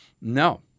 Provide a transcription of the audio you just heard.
No